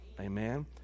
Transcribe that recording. Amen